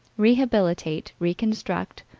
rehabilitate, reconstruct,